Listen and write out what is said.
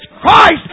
Christ